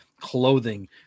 clothing